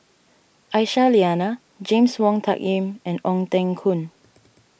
Aisyah Lyana James Wong Tuck Yim and Ong Teng Koon